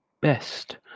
best